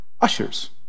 ushers